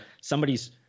somebody's